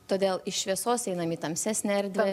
todėl iš šviesos einam į tamsesnę erdvę